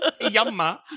Yumma